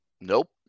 Nope